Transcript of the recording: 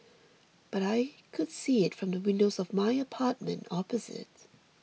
but I could see it from the windows of my apartment opposite